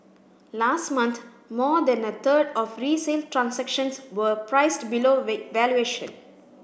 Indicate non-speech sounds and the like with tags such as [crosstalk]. last month more than a third of resale transactions were priced below [unintelligible] valuation